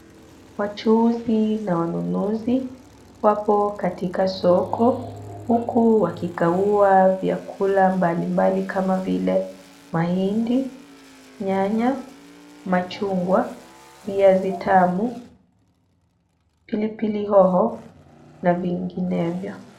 Wachuuzi na wanunuzi wapo katika soko huku wakikagua vyakula mbalimbali kama vile mahindi, nyanya, machungwa, viazi tamu, pilipili hoho na vinginevyo.